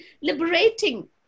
liberating